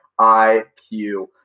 IQ